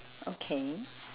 okay